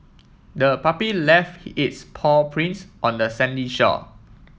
the puppy left its paw prints on the sandy shore